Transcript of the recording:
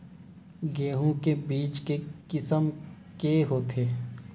गेहूं के बीज के किसम के होथे?